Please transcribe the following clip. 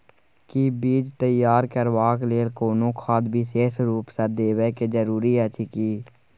कि बीज तैयार करबाक लेल कोनो खाद विशेष रूप स देबै के जरूरी अछि की?